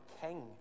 king